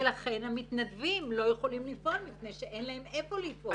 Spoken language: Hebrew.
ולכן המתנדבים לא יכולים לפעול מפני שאין להן איפה לפעול.